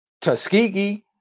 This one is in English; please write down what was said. Tuskegee